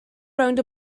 rownd